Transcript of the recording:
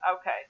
Okay